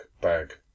bag